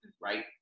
right